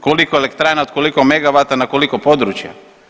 Koliko elektrana od koliko megavata na koliko područja?